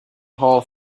hall